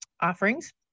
offerings